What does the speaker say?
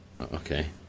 Okay